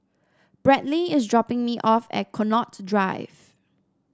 Brantley is dropping me off at Connaught Drive